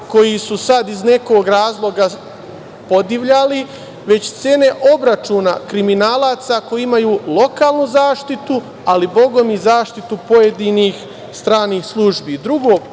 koji su sada iz nekog razloga podivljali veće cene obračuna kriminalaca koji imaju lokalnu zaštitu, ali Boga mi i zaštitu pojedinih stranih službi. Drugo